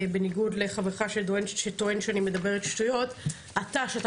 בניגוד לחברך שטוען שאני מדברת שטויות - אתה שאתה